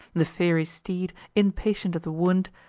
the fiery steed, impatient of the wound,